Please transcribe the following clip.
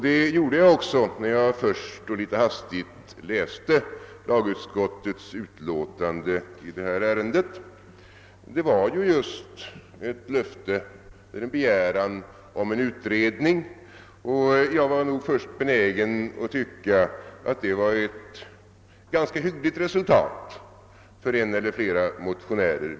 Det gjorde jag också, när jag först litet hastigt läste första lagutskottets utlåtande i detta ärende. Det gav just ett löfte om en utredning, och jag var först benägen att tycka att det var ett ganska hyggligt resultat för en eller flera motionärer.